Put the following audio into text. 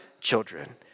children